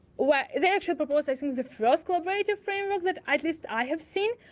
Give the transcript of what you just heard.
well, it's actually proposed, i think, the first collaborative framework that, at least, i have seen,